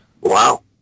Wow